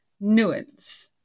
nuance